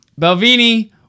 Belvini